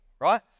right